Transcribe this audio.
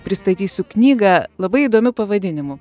pristatysiu knygą labai įdomiu pavadinimu